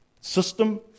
system